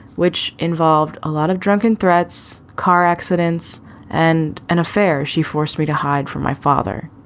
which involved a lot of drunken threats, car accidents and an affair. she forced me to hide from my father.